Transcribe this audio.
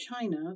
China